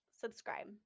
subscribe